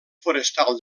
forestal